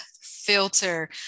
filter